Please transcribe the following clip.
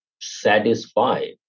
satisfied